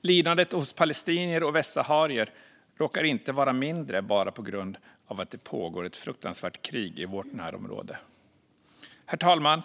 Lidandet hos palestinier och västsaharier råkar inte vara mindre bara på grund av att det pågår ett fruktansvärt krig i vårt närområde. Herr talman!